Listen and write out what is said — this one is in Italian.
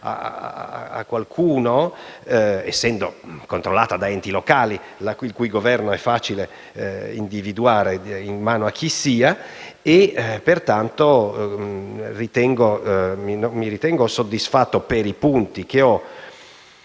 a qualcuno, essendo controllata da enti locali, il cui governo è facile individuare in mano a chi sia. Mi ritengo, pertanto, soddisfatto, per i punti che ho